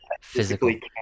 physically